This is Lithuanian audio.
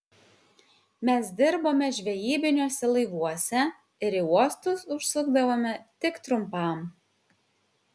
mes dirbome žvejybiniuose laivuose ir į uostus užsukdavome tik trumpam